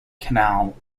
canal